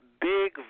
Big